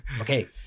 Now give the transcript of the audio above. okay